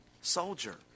soldier